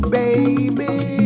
baby